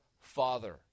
Father